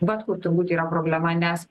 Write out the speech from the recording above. vat kur turbūt yra problema nes